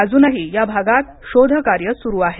अजूनही या भागात शोध कार्य सुरू आहे